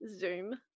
zoom